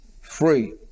Free